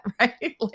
right